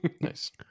Nice